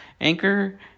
Anchor